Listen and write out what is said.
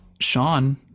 Sean